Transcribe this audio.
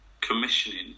commissioning